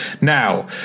Now